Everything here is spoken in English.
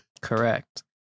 Correct